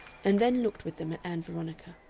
and then looked with them at ann veronica.